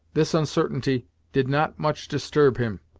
this uncertainty did not much disturb him,